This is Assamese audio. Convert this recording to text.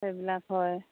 সেইবিলাক হয়